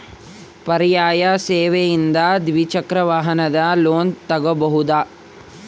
ಪರ್ಯಾಯ ಸೇವೆಯಿಂದ ದ್ವಿಚಕ್ರ ವಾಹನದ ಲೋನ್ ತಗೋಬಹುದಾ?